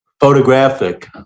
Photographic